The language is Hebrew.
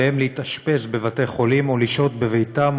לומדים מפני שעליהם להתאשפז בבתי-חולים או לשהות בביתם,